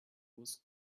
was